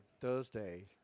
Thursday